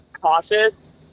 cautious